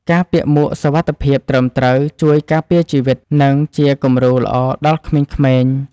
ការពាក់មួកសុវត្ថិភាពត្រឹមត្រូវជួយការពារជីវិត និងជាគំរូល្អដល់ក្មេងៗ។